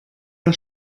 der